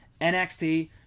NXT